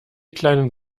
kleinen